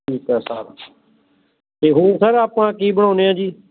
ਠੀਕ ਆ ਸਰ ਅਤੇ ਹੋਰ ਸਰ ਆਪਾਂ ਕੀ ਬਣਾਉਂਦੇ ਹਾਂ ਜੀ